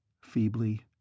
feebly